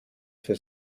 für